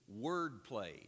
wordplay